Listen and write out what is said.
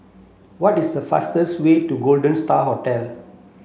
what is the fastest way to Golden Star Hotel